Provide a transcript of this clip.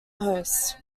hosts